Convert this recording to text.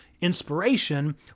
inspiration